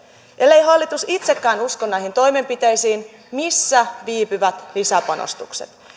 ellei hallitus itsekään usko näihin toimenpiteisiin missä viipyvät lisäpanostukset